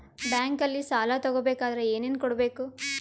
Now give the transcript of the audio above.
ಬ್ಯಾಂಕಲ್ಲಿ ಸಾಲ ತಗೋ ಬೇಕಾದರೆ ಏನೇನು ಕೊಡಬೇಕು?